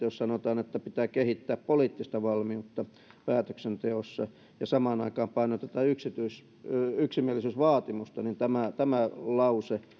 jos sanotaan että pitää kehittää poliittista valmiutta päätöksenteossa ja samaan aikaan painotetaan yksimielisyysvaatimusta niin tämä tämä lause